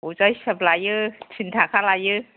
बजा हिसाब लायो थिन थाखा लायो